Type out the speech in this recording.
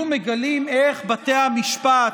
היו מגלים איך בתי המשפט,